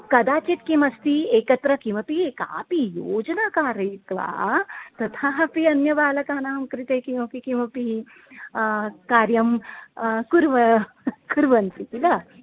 कदाचित् किमस्ति एकत्र किमपि कामपि योजनां कारयित्वा तथा अपि अन्यबालकानां कृते किमपि किमपि कार्यं कुर्वन्ति कुर्वन्ति किल